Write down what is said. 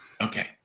Okay